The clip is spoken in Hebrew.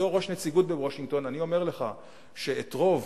בתור ראש נציגות בוושינגטון, אני אומר לך שאת רוב